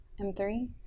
M3